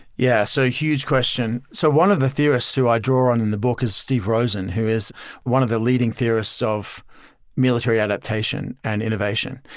yeah so a huge question. so one of the theorists who i draw on in the book is steve rosen, who is one of the leading theorists of military adaptation and innovation.